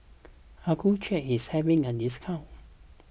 Accucheck is having a discount